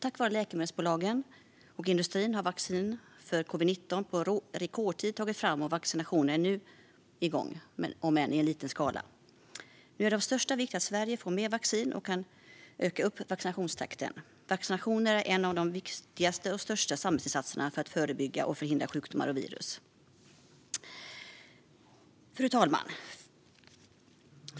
Tack vare läkemedelsbolagen och industrin har vaccin mot covid19 tagits fram på rekordtid, och vaccinationerna är nu igång, om än i liten skala. Nu är det av största vikt att Sverige får mer vaccin och kan öka vaccinationstakten. Vaccinationer tillhör de viktigaste och största samhällsinsatserna för att förebygga och förhindra sjukdomar och virus. Fru talman!